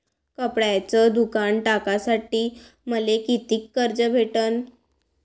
कपड्याचं दुकान टाकासाठी मले कितीक कर्ज भेटन?